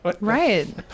Right